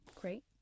Great